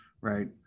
right